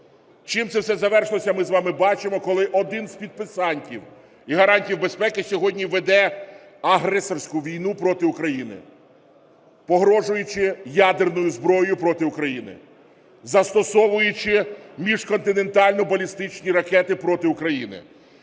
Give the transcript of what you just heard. Чим це все завершилося, ми з вами бачимо, коли один з підписантів і гарантів безпеки сьогодні веде агресорську війну проти України, погрожуючи ядерною зброєю проти України, застосовуючи міжконтинентальні балістичні ракети проти України,